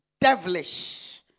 devilish